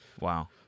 Wow